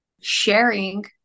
sharing